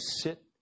sit